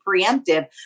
preemptive